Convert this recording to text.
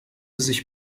sich